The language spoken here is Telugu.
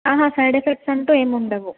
సైడ్ ఎఫెక్ట్స్ అంటూ ఏం ఉండవు